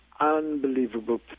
unbelievable